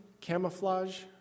camouflage